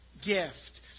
gift